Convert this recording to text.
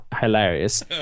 hilarious